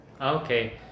okay